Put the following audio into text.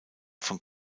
von